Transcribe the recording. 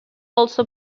also